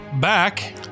back